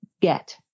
get